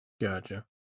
Gotcha